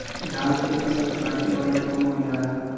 धान के फसल कांटे वाला कवन औजार ह?